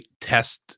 test